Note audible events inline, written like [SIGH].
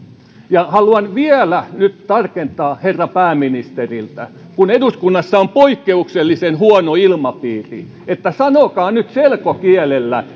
ja haluan vielä nyt tarkennuksen herra pääministeriltä kun eduskunnassa on poikkeuksellisen huono ilmapiiri niin että sanokaa nyt selkokielellä [UNINTELLIGIBLE]